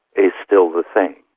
is still the thing.